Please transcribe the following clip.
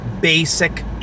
basic